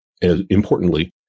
importantly